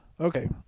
Okay